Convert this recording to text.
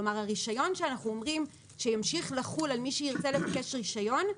כלומר הרישיון שאנחנו אומרים שימשיך לחול על מי שירצה לבקש רישיון,